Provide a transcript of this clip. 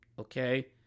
Okay